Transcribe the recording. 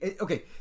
Okay